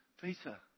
Peter